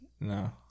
No